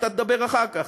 אתה תדבר אחר כך.